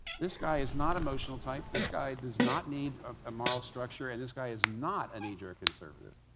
this guy is not emotional type, this guy does not need a moral structure, and this guy is not a knee-jerk conservative.